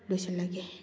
ꯂꯣꯏꯁꯜꯂꯒꯦ